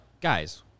guys